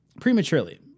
prematurely